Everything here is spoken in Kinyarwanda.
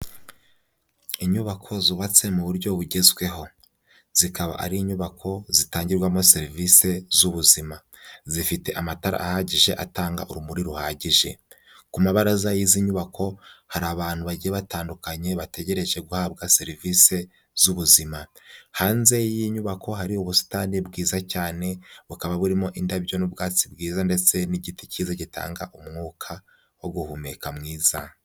Inyubako zubatse mu buryo bugezweho. Zikaba ari inyubako zitangirwamo serivisi z'ubuzima. Zifite amatara ahagije atanga urumuri ruhagije. Ku mabaraza y'izi nyubako hari abantu bagiye batandukanye bategereje guhabwa serivisi z'ubuzima. Hanze y'iyi nyubako hari ubusitani bwiza cyane, bukaba burimo indabyo n'ubwubatsi bwiza ndetse n'igiti kiza gitanga umwuka wo guhumeka mwiza.